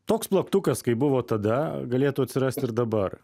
toks plaktukas kaip buvo tada galėtų atsirasti ir dabar